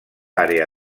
àrea